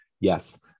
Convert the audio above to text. yes